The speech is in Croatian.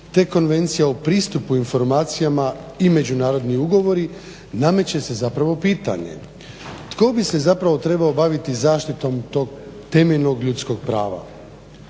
te konvencija o pristupu informacijama i međunarodni ugovori, nameće se zapravo pitanje. Tko bi se zapravo trebao baviti zaštitom tog temeljnog ljudskog prava.